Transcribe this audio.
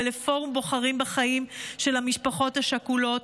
ולפורום בוחרים בחיים של המשפחות השכולות,